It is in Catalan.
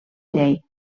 llei